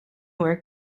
work